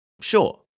Sure